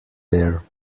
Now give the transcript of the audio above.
there